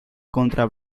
contra